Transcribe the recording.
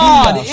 God